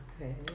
Okay